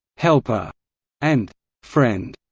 helper and friend.